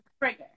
trigger